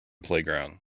playground